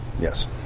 Yes